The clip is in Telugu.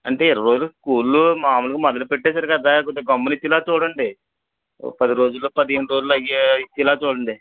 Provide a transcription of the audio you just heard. అంటే ఈ రోజు స్కూల్లో మాములుగా మొదలు పెట్టేసారు కదా కొంచెం గమ్మున ఇచ్చేలా చూడండి ఓ పది రోజుల్లో పదిహేను రోజుల్లో అవి ఇచ్చేలా చూడండి